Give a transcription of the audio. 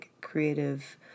creative